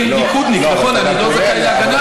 תגיד לי, אני ליכודניק, נכון, אני לא זכאי להגנה?